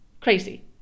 Crazy